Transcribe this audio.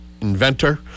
Inventor